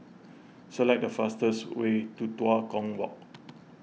select the fastest way to Tua Kong Walk